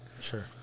Sure